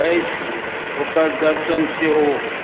अछि ओकर दर्शन सेहो